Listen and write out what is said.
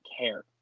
care